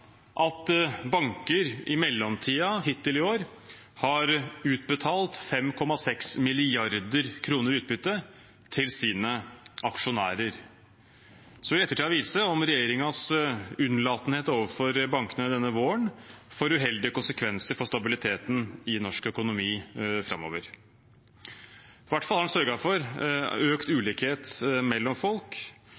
at banker i mellomtiden, hittil i år, har utbetalt 5,6 mrd. kr i utbytte til sine aksjonærer. Så vil ettertiden vise om regjeringens unnfallenhet overfor bankene denne våren får uheldige konsekvenser for stabiliteten i norsk økonomi framover. Det har i hvert fall sørget for økt